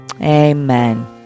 Amen